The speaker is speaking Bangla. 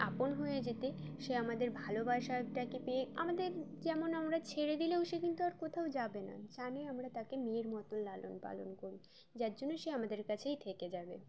আপন হয়ে যেতে সে আমাদের ভালোবাসাটাকে পেয়ে আমাদের যেমন আমরা ছেড়ে দিলেও সে কিন্তু আর কোথাও যাবে না জানে আমরা তাকে মেয়ের মতন লালন পালন করি যার জন্য সে আমাদের কাছেই থেকে যাবে